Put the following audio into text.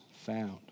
found